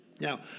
Now